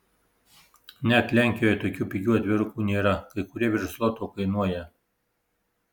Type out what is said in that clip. net lenkijoje tokių pigių atvirukų nėra kai kurie virš zloto kainuoja